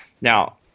Now